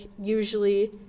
usually